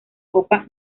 copa